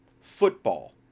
football